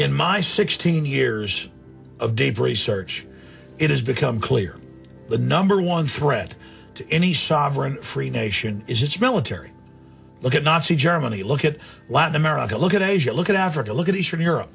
in my sixteen years of dave research it has become clear the number one threat to any sovereign free nation is its military look at nazi germany look at latin america look at asia look at africa look at eastern europe